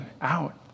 out